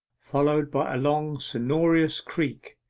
followed by a long sonorous creak.